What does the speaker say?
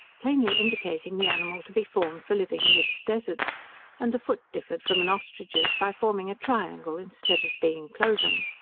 plainly indicating the animal to be formed for living amidst deserts and the foot differed from an ostrich's by forming a triangle, instead of being cloven.